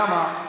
למה?